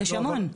יש המון.